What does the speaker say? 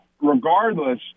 regardless